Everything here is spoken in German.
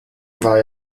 war